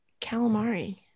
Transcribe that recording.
calamari